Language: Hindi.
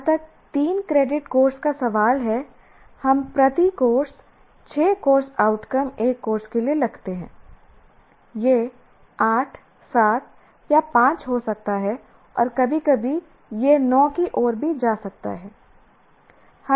जहां तक 3 क्रेडिट कोर्स का सवाल है हम प्रति कोर्स 6 कोर्स आउटकम एक कोर्स के लिए लिखते हैं यह 8 7 या 5 हो सकता है और कभी कभी यह 9 की ओर भी जा सकता है